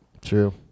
true